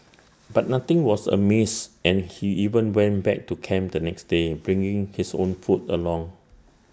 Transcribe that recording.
but nothing was amiss and he even went back to camp the next day bringing his own food along